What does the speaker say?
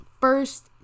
first